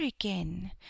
again